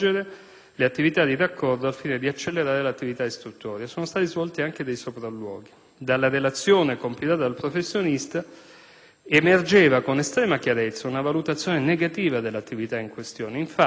attività di raccordo al fine di accelerare l'attività istruttoria. Sono stati svolti anche dei sopralluoghi. Dalla relazione compilata dal professionista emergeva con estrema chiarezza una valutazione negativa dell'attività in questione.